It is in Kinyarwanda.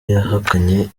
yahakanye